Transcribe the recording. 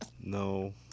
no